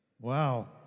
Wow